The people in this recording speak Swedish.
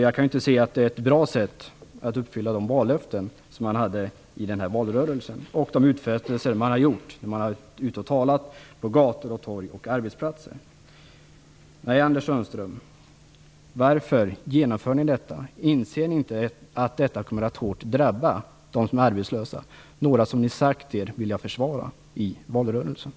Jag kan inte se att detta är ett bra sätt att uppfylla de vallöften som gavs och de utfästelser som gjordes i valrörelsen vid tal ute på gator och torg samt på arbetsplatser. Anders Sundström, varför genomför ni detta? Inser ni inte att detta kommer att hårt drabba dem som är arbetslösa, några som ni i valrörelsen sagt er vilja försvara?